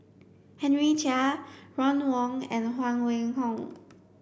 Henry Chia Ron Wong and Huang Wenhong